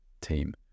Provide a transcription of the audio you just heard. team